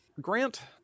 Grant